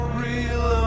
real